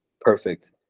perfect